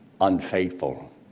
unfaithful